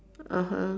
(uh huh)